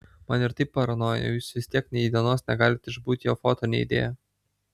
man ir taip paranoja o jūs vis tiek nei dienos negalit išbūt jo foto neįdėję